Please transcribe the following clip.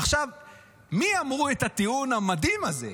מי אמרו את הטיעון המדהים הזה?